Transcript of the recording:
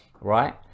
right